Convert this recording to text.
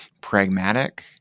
pragmatic